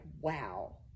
wow